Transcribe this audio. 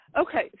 Okay